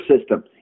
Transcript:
system